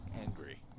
angry